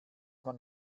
man